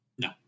No